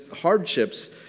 hardships